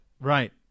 Right